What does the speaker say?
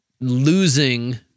losing